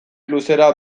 luzera